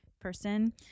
person